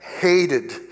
hated